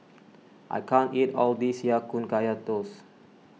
I can't eat all this Ya Kun Kaya Toast